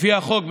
לפי החוק,